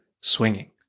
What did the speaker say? swinging